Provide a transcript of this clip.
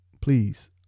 please